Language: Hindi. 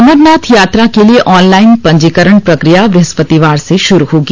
अमरनाथ यात्रा के लिए ऑनलाइन पंजीकरण प्रक्रिया बुहस्पतिवार से शुरू होगी